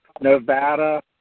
Nevada